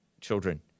children